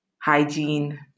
hygiene